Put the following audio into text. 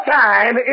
time